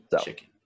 chicken